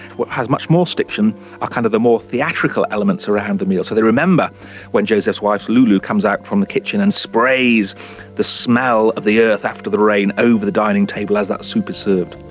what happens much more stiction are kind of the more theatrical elements around the meal. so they remember when jozef's wife lulu comes out from the kitchen and sprays the smell of the earth after the rain over the dining table as that soup is served.